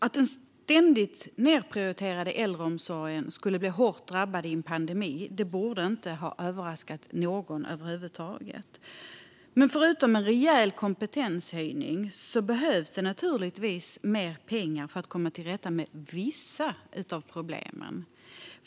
Att den ständigt nedprioriterade äldreomsorgen skulle bli hårt drabbad i en pandemi borde inte ha överraskat någon över huvud taget. Förutom en rejäl kompetenshöjning behövs naturligtvis mer pengar för att komma till rätta med vissa av problemen.